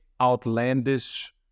outlandish